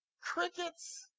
Crickets